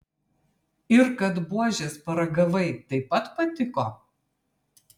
ir kad buožės paragavai taip pat patiko